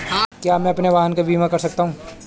क्या मैं अपने वाहन का बीमा कर सकता हूँ?